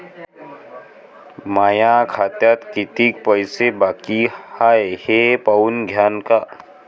माया खात्यात कितीक पैसे बाकी हाय हे पाहून द्यान का?